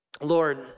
Lord